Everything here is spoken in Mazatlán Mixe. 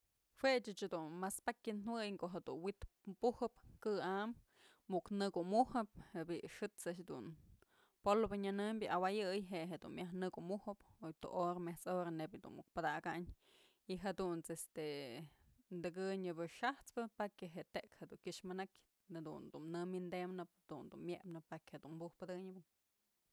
Jue ëch dunmas pakya nëjuey ko'o jedun wi'it bujëp kë'am muk nëkumujëp je'e bi'i xët's a'ax dun polvo nyënëmbyë awayëy je'e jedun myaj nëkumujëp o tu hora met´s hora neyb jedun muk padakayn y jadunt's este tëkënyëbë xajspë pakya je'e tëk dun kyëx manakyë jadun dun nëwyndëmnëp jadun dun mypnëp pakya jedun buj pëdënyëp.